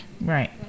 Right